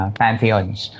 pantheons